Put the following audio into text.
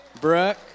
Brooke